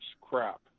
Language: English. crap